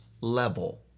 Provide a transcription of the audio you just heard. level